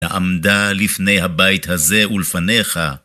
‫לעמדה לפני הבית הזה ולפניך.